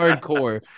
hardcore